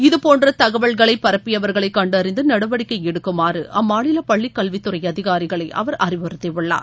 இதபோன்ற தகவல்களை பரப்பியவர்களை கண்டறிந்து நடவடிக்கை எடுக்குமாறு அம்மாநில பள்ளி கல்வித்துறை அதிகாரிகளை அவர் அறிவுறுத்தியுள்ளார்